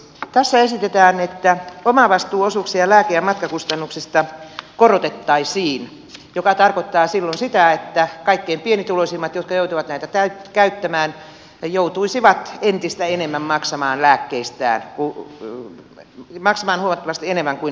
tässä esitetään että omavastuuosuuksia lääke ja matkakustannuksista korotettaisiin joka tarkoittaa silloin sitä että kaikkein pienituloisimmat jotka joutuvat näitä käyttämään joutuisivat lääkkeistään maksamaan huomattavasti enemmän kuin aikaisemmin